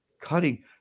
cutting